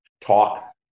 talk